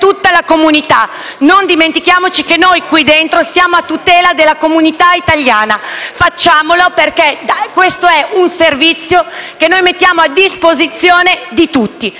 tutta la comunità. Non dimentichiamo che noi siamo qui per tutelare la comunità italiana: facciamolo, perché questo è un servizio che mettiamo a disposizione di tutti.